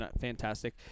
fantastic